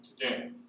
today